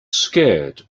scared